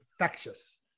infectious